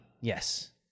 yes